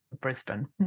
Brisbane